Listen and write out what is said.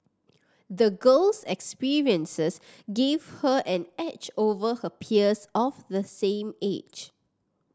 the girl's experiences give her an edge over her peers of the same age